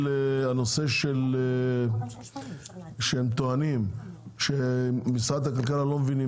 הנושא שהם טוענים שמשרד הכלכלה לא מבינים